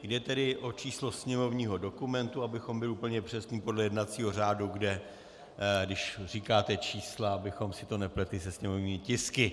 Jde tedy o číslo sněmovního dokumentu, abychom byli úplně přesní podle jednacího řádu, kde když říkáte čísla, abychom si to nepletli se sněmovními tisky.